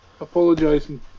Apologising